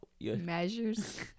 Measures